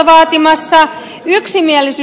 yksimielisyys tulee säilymään